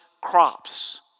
crops